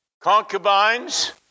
concubines